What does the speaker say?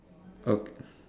uh